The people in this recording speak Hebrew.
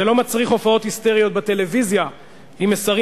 זה לא מצריך הופעות היסטריות בטלוויזיה עם מסרים